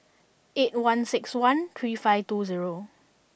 eight one six one three five two zero